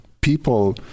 People